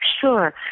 Sure